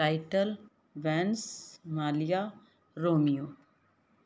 title Bains ਮਾਲੀਆ Romeo